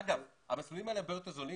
אגב, המסלולים האלה הרבה יותר זולים.